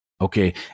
okay